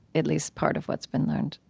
at least part of what's been learned,